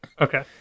Okay